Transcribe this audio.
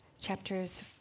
chapters